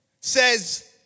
says